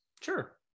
Sure